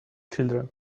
children